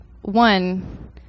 One